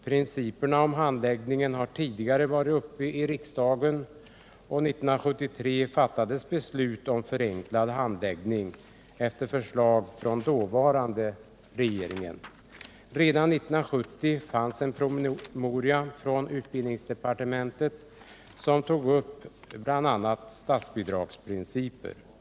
Principerna för handläggningen har tidigare varit uppe till diskussion i riksdagen, och 1973 fattades efter förslag från den dåvarande regeringen beslut om en förenkling av handläggningen. Redan 1970 förelåg en promemoria från utbildningsdepartementet där bl.a. statsbidragsprinciperna togs upp.